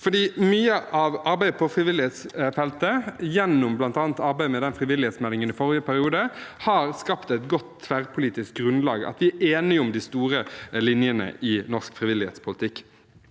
for mye av arbeidet på frivillighetsfeltet, bl.a. gjennom arbeidet med frivillighetsmeldingen i forrige periode, har skapt et godt tverrpolitisk grunnlag, og vi er enige om de store linjene i norsk frivillighetspolitikk.